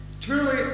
Truly